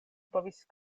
povis